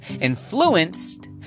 influenced